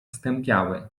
stępiały